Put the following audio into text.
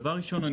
דבר ראשון,